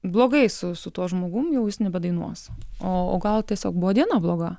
blogai su su tuo žmogum jau jis nebedainuos o o gal tiesiog buvo diena bloga